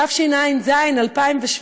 שבתשע"ז, 2017,